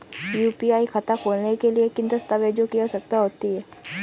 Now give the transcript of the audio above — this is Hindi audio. यू.पी.आई खाता खोलने के लिए किन दस्तावेज़ों की आवश्यकता होती है?